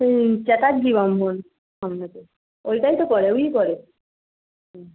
ওই চ্যাটার্জি ব্রাহ্মণ ওইটাই তো করে উনি করে